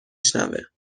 شنوه